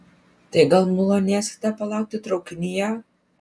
tai gal malonėsite palaukti traukinyje